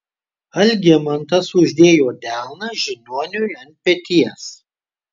algimantas uždėjo delną žiniuoniui ant peties